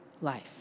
life